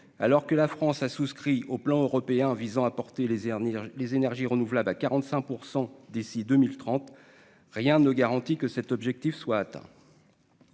alors que la France a souscrit au plan européen visant à porter les dernières, les énergies renouvelables à 45 % d'ici 2030, rien ne garantit que cet objectif soit atteint